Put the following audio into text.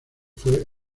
fue